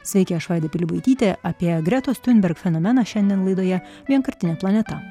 sveiki aš vaida pilibaitytė apie gretos tiunberg fenomenas šiandien laidoje vienkartinė planeta